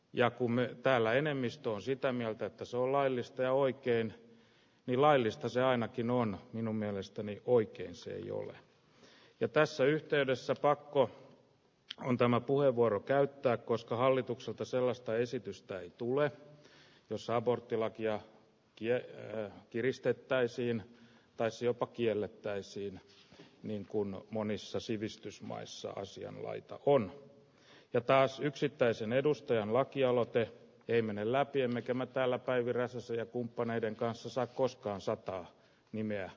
ja kun me täällä enemmistö on sitä mieltä että se on laillista ja oikein laillista se ainakin on minun mielestäni oikein se jolle jo tässä yhteydessä pakko runtana puheenvuoron käyttää koska hallitukselta sellaista esitystä ei tule jos aborttilakia kiertää kiristettäisiin pääsi jopa kiellettäisiin niin kun monissa sivistysmaissa asianlaita kun jo taas yksittäisen edustajan lakialoite ei mene läpi emmekä me täällä päivi räsäsen ja kumppaneiden kanssa saa koskaan sataa nimeä